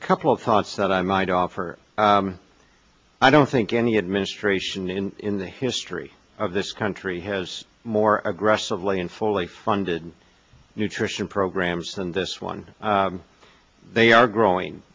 couple of thoughts that i might offer i don't think any administration in the history of this country has more aggressively and fully funded nutrition programs than this one they are